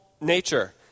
nature